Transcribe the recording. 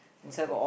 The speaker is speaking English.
oh I though